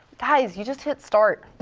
guys, you just hit start.